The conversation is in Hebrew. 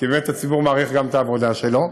כי באמת הציבור מעריך גם את העבודה שלו,